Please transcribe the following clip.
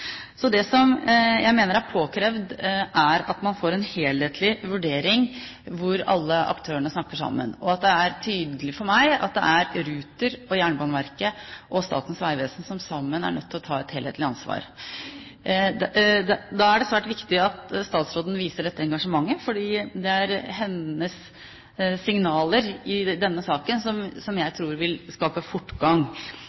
Det jeg mener er påkrevd, er at vi får en helhetlig vurdering, at alle aktørene snakker sammen. Det er tydelig for meg at det er Ruter, Jernbaneverket og Statens vegvesen som sammen er nødt til å ta et helhetlig ansvar. Da er det svært viktig at statsråden viser dette engasjementet, for det er hennes signaler som jeg tror vil skape fortgang i denne saken.